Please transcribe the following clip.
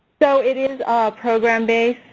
so it is ah program-based.